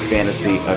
Fantasy